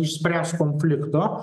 išspręst konflikto